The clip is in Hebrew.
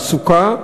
תעסוקה,